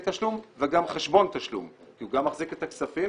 תשלום וגם חשבון תשלום כי הוא גם מחזיק את הכספים